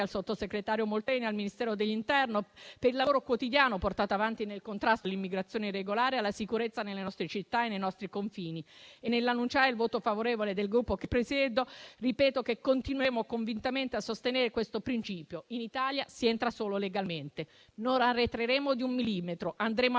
al sottosegretario Molteni e al Ministero dell'interno per il lavoro quotidiano portato avanti nel contrasto all'immigrazione irregolare, per la sicurezza nelle nostre città e ai nostri confini. Nell'annunciare il voto favorevole del Gruppo che presiedo, ripeto che continueremo convintamente a sostenere questo principio: in Italia si entra solo legalmente. Non arretreremo di un millimetro. Andremo avanti,